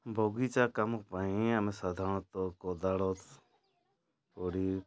ବଗିଚା କାମ ପାଇଁ ଆମେ ସାଧାରଣତଃ କୋଦାଳ କୋଡ଼ି